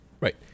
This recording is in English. Right